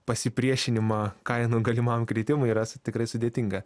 pasipriešinimą kainų galimam kritimui yra tikrai sudėtinga